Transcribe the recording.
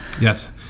Yes